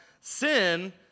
sin